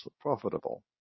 profitable